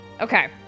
Okay